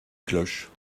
cloche